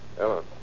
Ellen